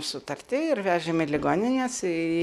sutartį ir vežam į ligonines į